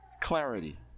Clarity